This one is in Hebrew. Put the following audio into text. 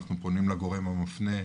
אנחנו פונים לגורם המפנה,